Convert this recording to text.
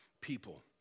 people